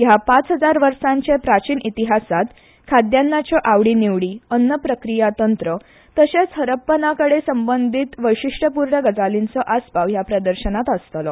ह्या पांच हजार वर्सांचे प्राचीन इतिहासांत खाद्यान्याच्यो आवडी निवडी अन्न प्रक्रिया तंत्र तर्शेच हरप्ननाकडे संबंदीत वैशिश्ट्यपूर्ण गजालींचो आसपाव ह्या प्रदर्शनांत आसतलो